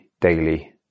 daily